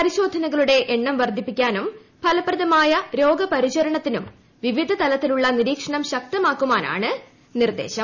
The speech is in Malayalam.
പരിശോധന കളുടെ എണ്ണം വർധിപ്പിക്കാനും ഫലപ്രദമായ രോഗ പരിചരണത്തിനും വിവിധ് തലത്തിലുള്ള നിരീക്ഷണം ശക്തമാക്കാനുമാണ് നിർദേശം